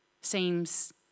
seems